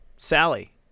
Sally